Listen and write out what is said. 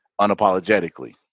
unapologetically